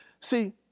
See